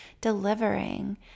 delivering